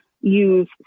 use